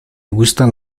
gustan